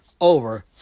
over